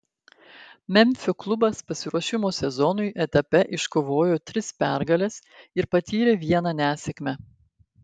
memfio klubas pasiruošimo sezonui etape iškovojo tris pergales ir patyrė vieną nesėkmę